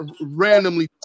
randomly